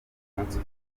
umunsi